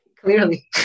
Clearly